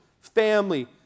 family